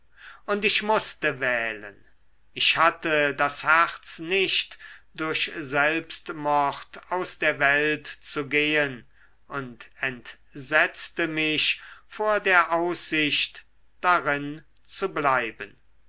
und ich mußte wählen ich hatte das herz nicht durch selbstmord aus der welt zu gehen und entsetzte mich vor der aussicht darin zu bleiben